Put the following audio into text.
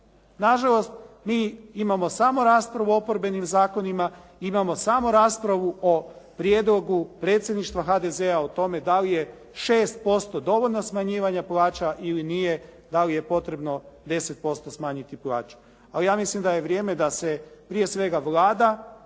Na žalost mi imamo samo raspravu o oporbenim zakonima, imamo samo raspravu o prijedlogu predsjedništva HDZ-a da li je 6% dovoljno smanjivanje plaća ili nije, da li je potrebno 10% smanjiti plaće. Ali ja mislim da prije svega Vlada